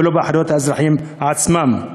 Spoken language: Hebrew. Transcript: ולא באחריות האזרחים עצמם.